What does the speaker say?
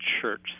church